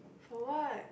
for what